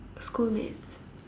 schoolmates